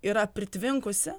yra pritvinkusi